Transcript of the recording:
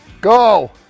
Go